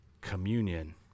communion